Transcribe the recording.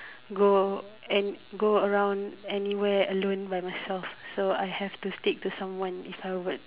go and go around anywhere alone by myself so I have to stick to someone if I would